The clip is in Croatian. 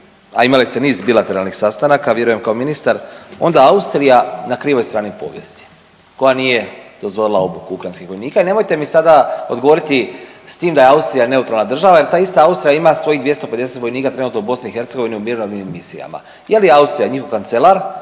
a imali ste niz bilateralnih sastanaka, vjerujem kao ministar, onda Austrija na krivoj strani povijesti koja nije dozvolila obuku ukrajinskih vojnika i nemojte mi sada odgovoriti s tim da je Austrija neutralna država jer ta ista Austrija ima svojih 250 vojnika trenutno u BiH u mirovnim misijama. Je li Austrija, njihov kancelar